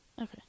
Okay